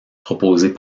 proposées